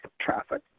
traffic